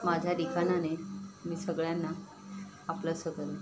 माझ्या लिखाणाने मी सगळ्यांना आपलंसं करेन